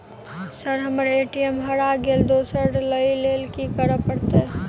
Sir हम्मर ATM हरा गइलए दोसर लईलैल की करऽ परतै?